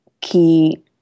key